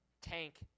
tank